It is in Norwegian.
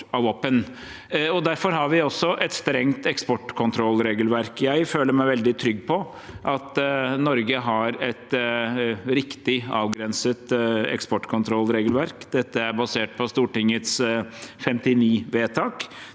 Derfor har vi også et strengt eksportkontrollregelverk. Jeg føler meg veldig trygg på at Norge har et riktig avgrenset eksportkontrollregelverk. Dette er basert på Stortingets 1959-vedtak